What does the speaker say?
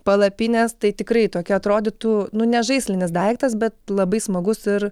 palapinės tai tikrai toki atrodytų nu ne žaislinis daiktas bet labai smagus ir